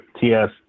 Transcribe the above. TS